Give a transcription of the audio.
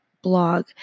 blog